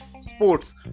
sports